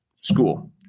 school